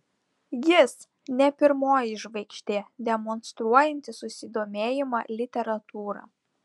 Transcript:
jis ne pirmoji žvaigždė demonstruojanti susidomėjimą literatūra